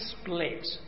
split